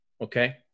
Okay